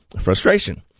frustration